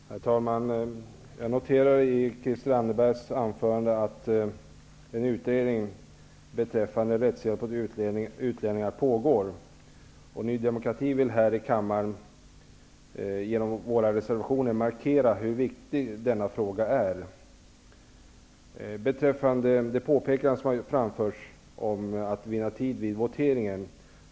Herr talman! Jag noterar av Christel Anderbergs anförande att en utredning beträffande rättshjälp åt utlänningar pågår. Vi i Ny demokrati vill här i kammaren genom våra reservationer markera hur viktig denna fråga är. Det har framförts att man bör söka vinna tid vid voteringen.